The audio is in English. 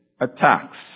attacks